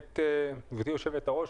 גברתי יושבת הראש,